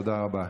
תודה רבה.